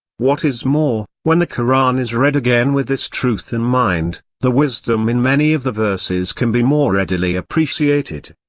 what is more, when the koran is read again with this truth in mind, the wisdom in many of the verses can be more readily appreciated.